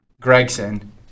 Gregson